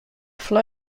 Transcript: flor